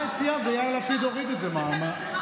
האוצר הציע ויאיר לפיד הוריד את זה מההצעה,